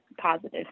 positive